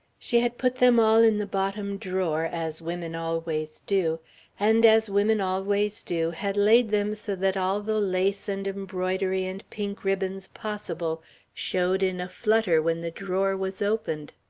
she had put them all in the bottom drawer, as women always do and, as women always do, had laid them so that all the lace and embroidery and pink ribbons possible showed in a flutter when the drawer was opened.